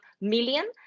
million